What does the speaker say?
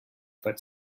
foot